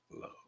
love